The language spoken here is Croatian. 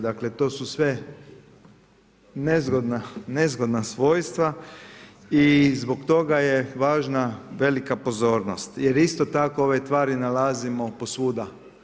Dakle to su sve nezgodna svojstva i zbog toga je važna velika pozornost jer isto tako ove tvari nalazimo posvuda.